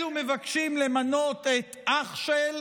אלו מבקשים למנות את אח-של,